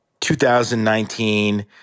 2019